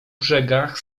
brzegach